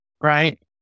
right